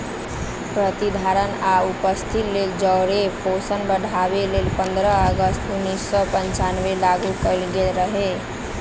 प्रतिधारणा आ उपस्थिति लेल जौरे पोषण बढ़ाबे लेल पंडह अगस्त उनइस सौ पञ्चानबेमें लागू कएल गेल रहै